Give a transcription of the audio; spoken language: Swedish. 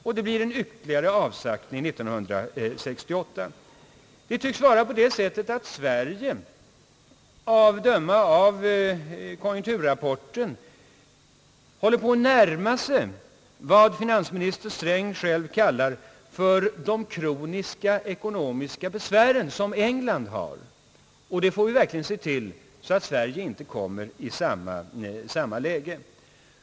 Det blir en ytterligare avsaktning 1968. Det tycks vara på det sättet att Sverige att döma av konjunkturrapporten håller på att närma sig vad finansminister Sträng själv kallar för »de kroniska ekonomiska besvären» som England har, och vi får verkligen se till att Sverige inte kommer i samma läge.